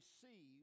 see